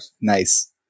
Nice